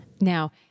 Now